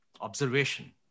observation